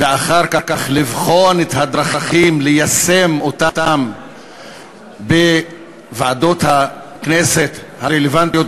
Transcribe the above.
ואחר כך לבחון את הדרכים ליישם אותה בוועדות הכנסת הרלוונטיות,